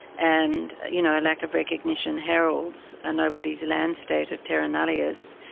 and you know a lack of recognition heralds a nobody's land, state of terra nullius,